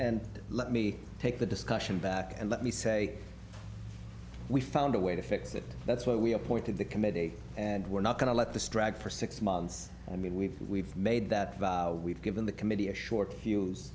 and let me take the discussion back and let me say we found a way to fix it that's what we appointed the committee and we're not going to let this drag for six months i mean we've we've made that we've given the committee a short fuse